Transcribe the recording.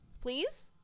Please